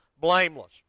blameless